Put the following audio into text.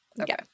okay